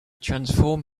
transform